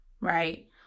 right